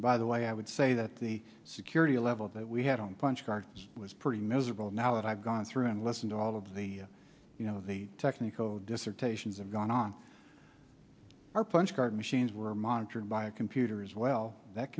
by the way i would say that the security level that we had on punch cards was pretty miserable now and i've gone through and listen to all of the you know the technique oh dissertations have gone on our punch card machines were monitored by a computer as well that